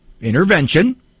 intervention